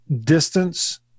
distance